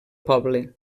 poble